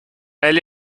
elle